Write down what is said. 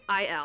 il